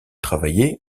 travaillé